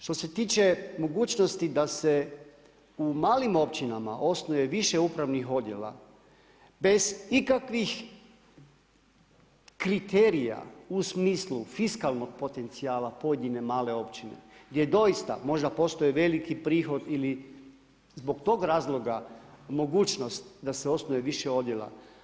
Što se tiče mogućnosti da se u malim općinama osnuje više upravnih odjela bez ikakvih kriterija u smislu fiskalnog potencijala pojedine male općine gdje doista možda postoje veliki prihod ili zbog tog razloga mogućnost da se osnuje više odjela.